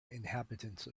inhabitants